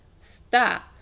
stop